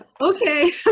okay